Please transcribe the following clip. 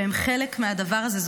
שהם חלק מהדבר הזה.